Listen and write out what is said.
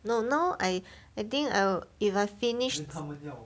no now I I think I'll if I finished